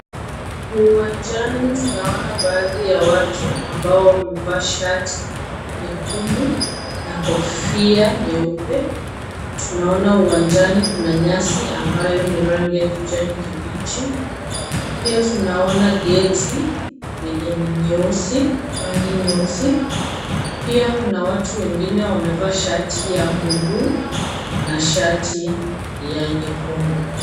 Uwanjani tunaona baadhi ya watu ambao wamevaa shati nyekundu na kofia nyeupe. Tunaona uwanjani kuna nyasi ambayo ni rangi ya kijani kibichi. Pia tunaona geti yenye ni nyeusi, rangi nyeusi. Pia kuna watu wengine wamevaa shati ya blue na shati ya nyekundu.